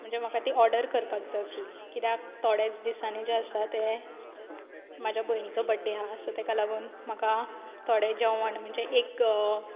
म्हणजे म्हाका ती ऑर्डर करपाक जाय आसली कित्याक थोडेच दिसांनी जें आसा तें म्हाज्या भयणीचो बड्डे हा सो तेका लागून म्हाका थोडें जेवण म्हणचें एक